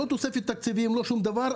לא תוספת תקציבים ולא שום דבר,